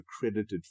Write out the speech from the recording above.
accredited